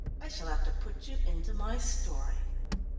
i shall have to put you into my story.